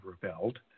rebelled